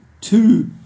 two